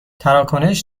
تراکنش